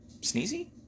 Sneezy